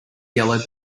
yellow